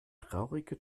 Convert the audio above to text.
traurige